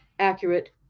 accurate